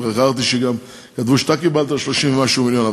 ראיתי שגם כתבו שאתה קיבלת 30 ומשהו מיליון,